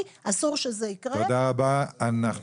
עוד